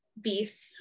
beef